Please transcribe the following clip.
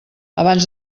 abans